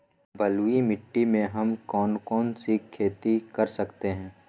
बलुई मिट्टी में हम कौन कौन सी खेती कर सकते हैँ?